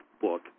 book